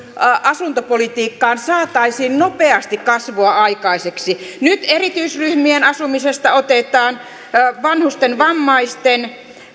asuntopolitiikkaan saataisiin nopeasti kasvua aikaiseksi nyt erityisryhmien asumisesta otetaan ja vanhusten vammaisten